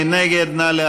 מי נגד?